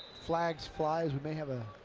flags fly. we may have a